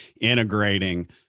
integrating